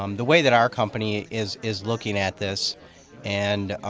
um the way that our company is is looking at this and